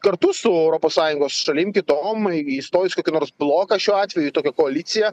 kartu su europos sąjungos šalim kitom į įstojus į kokį nors bloką šiuo atveju tokią koaliciją